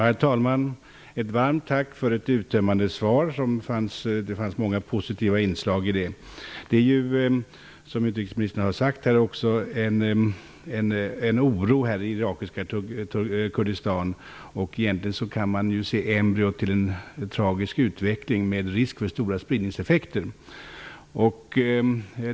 Herr talman! Ett varmt tack för ett uttömmande svar som det fanns många positiva inslag i. Som utrikesministern har sagt är det en oro i det irakiska Kurdistan. Man kan se embryot till en tragisk utveckling med risk för stora spridningseffekter.